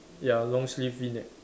ya long sleeve V neck